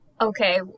Okay